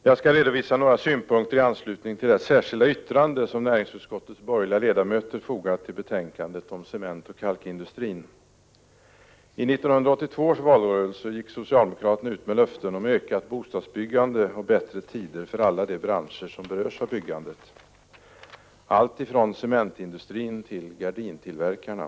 Jag skall redovisa några synpunkter i anslutning till det särskilda yttrande som näringsutskottets borgerliga ledamöter fogat till betänkandet om cementoch kalkindustrin. I 1982 års valrörelse gick socialdemokraterna ut med löften om ökat bostadsbyggande och bättre tider för alla de branscher som berörs av Prot. 1985/86:32 byggandet, alltifrån cementindustrin till gardintillverkarna.